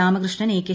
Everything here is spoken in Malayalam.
രാമകൃഷ്ണൻ എക്കെ